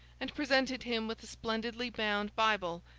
and presented him with a splendidly bound bible,